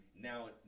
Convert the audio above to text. now